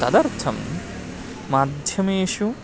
तदर्थं माध्यमेषु